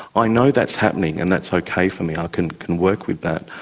i know that's happening and that's okay for me, i can can work with that.